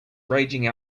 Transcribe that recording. raging